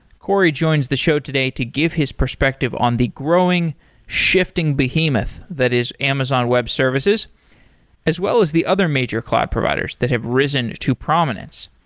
corey joins the show today to give his perspective on the growing shifting behemoth that is amazon web services as well as the other major cloud providers that have risen to prominence.